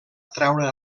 atreure